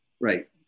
Right